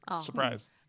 Surprise